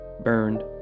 burned